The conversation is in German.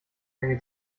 menge